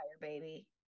baby